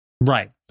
Right